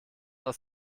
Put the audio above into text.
aus